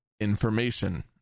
information